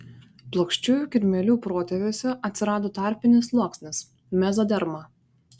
plokščiųjų kirmėlių protėviuose atsirado tarpinis sluoksnis mezoderma